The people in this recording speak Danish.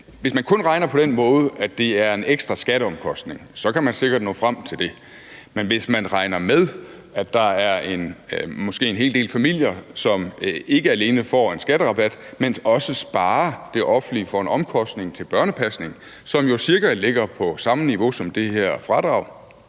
hvis man kun regner på den måde, at det er en ekstra skatteomkostning, så kan man sikkert nå frem til det, men hvis man regner med, at der måske er en hel del familier, som ikke alene får en skatterabat, men også sparer det offentlige for en omkostning til børnepasning, som jo cirka ligger på samme niveau som det her fradrag,